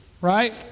right